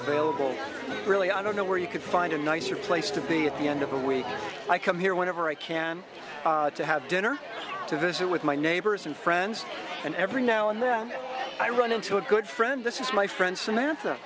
available really i don't know where you could find a nicer place to be at the end of the week i come here whenever i can to have dinner to visit with my neighbors and friends and every now and then i run into a good friend this is my friend samantha